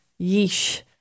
yeesh